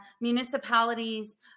municipalities